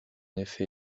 effet